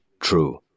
true